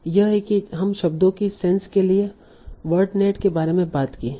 यह है कि हम शब्दों की सेंस के लिए वर्डनेट के बारे में बात की है